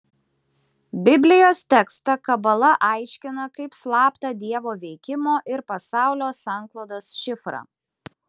biblijos tekstą kabala aiškina kaip slaptą dievo veikimo ir pasaulio sanklodos šifrą